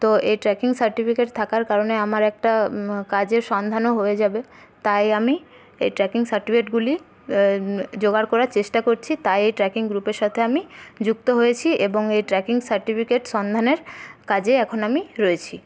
তো এই trekking certificate থাকার কারণে আমার একটা কাজের সন্ধানও হয়ে যাবে তাই আমি এই ট্রেকিং সার্টিফিকেটগুলি জোগাড় করার চেষ্টা করছি তাই এই ট্রেকিং গ্রুপের সাথে আমি যুক্ত হয়েছি এবং এই ট্রেকিং সার্টিফিকেট সন্ধানের কাজে এখন আমি রয়েছি